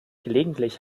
gelegentlich